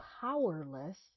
powerless